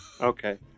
Okay